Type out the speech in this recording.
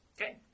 Okay